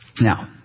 Now